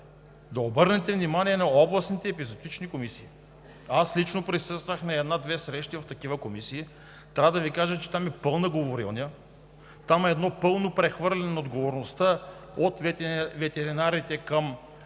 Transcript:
да обърнете внимание на областните епизоотични комисии. Аз лично присъствах на една – две срещи в такива комисии. Трябва да Ви кажа, че там е пълна говорилня. Там е едно пълно прехвърляне на отговорността от ветеринарите към